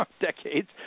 Decades